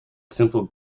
simple